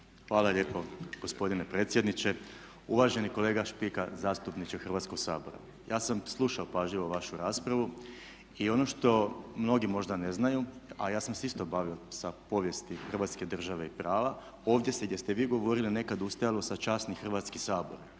Hvala lijepo gospodine predsjedniče. Uvaženi kolega Špika, zastupniče Hrvatskog sabora ja slušao pažljivo vašu raspravu i ono što mnogi možda ne znaju, a ja sam se isto bavio sa povijesti hrvatske države i prava ovdje se gdje ste vi govorili nekad ustajalo sa časni Hrvatski sabore,